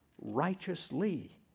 righteously